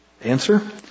Answer